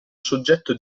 soggetto